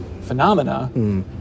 Phenomena